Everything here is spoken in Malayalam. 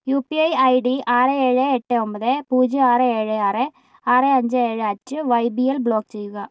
U P I I D ആറ് ഏഴ് എട്ട് ഒമ്പത് പൂജ്യം ആറ് ഏഴ് ആറ് ആറ് അഞ്ച് ഏഴ് at Y B L block ചെയ്യുക